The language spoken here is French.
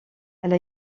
elle